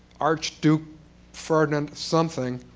archduke ferdinand, something,